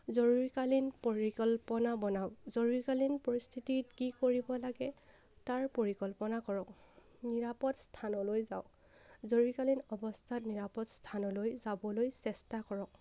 জৰুৰীকালীন পৰিকল্পনা বনাওক জৰুৰীকালীন পৰিস্থিতিত কি কৰিব লাগে তাৰ পৰিকল্পনা কৰক নিৰাপদ স্থানলৈ যাওক জৰুৰীকালীন অৱস্থাত নিৰাপদ স্থানলৈ যাবলৈ চেষ্টা কৰক